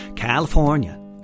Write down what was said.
California